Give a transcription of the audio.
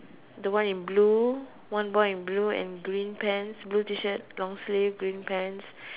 the one in blue one boy in blue and green pants blue T shirt long sleeve green pants